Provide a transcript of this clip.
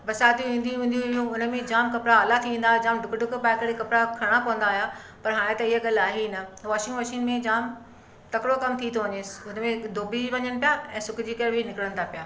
बरिसातियूं ईंदियू वेंदियूं हुइयूं हुनमें जाम कपिड़ा आला थी वेंदा आहे जाम ॾुकु ॾुकु पाए करे कपिड़ा खणणा पवंदा हुया पर हाणे त इहे ॻाल्हि आहे ई न वॉशिंग मशीन में जाम तकिड़ो कम थी थो वञे हुनमें धोपी बि वञनि पिया ऐं सुकजी करे बि निकिरनि था पिया